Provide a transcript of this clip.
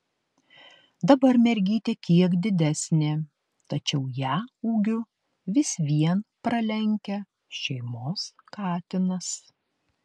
dabar mergytė kiek didesnė tačiau ją ūgiu vis vien pralenkia šeimos katinas